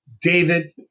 David